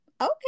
okay